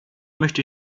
möchte